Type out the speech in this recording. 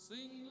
Sing